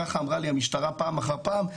ככה אמרה לי המשטרה פעם אחר פעם,